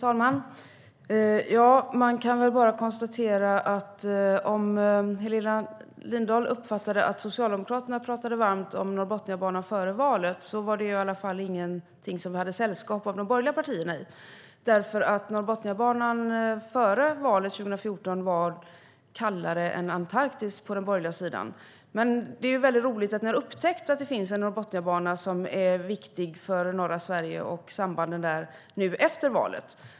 Herr talman! Man kan bara konstatera att om Helena Lindahl uppfattade att Socialdemokraterna talade varmt om Norrbotniabanan före valet var det i alla fall ingenting som vi hade sällskap av de borgerliga partierna i. Norrbotniabanan före valet 2014 var kallare än Antarktis på den borgerliga sidan. Men det är roligt att ni har upptäckt att det finns en Norrbotniabana som är viktig för norra Sverige och sambanden där nu efter valet.